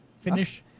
Finish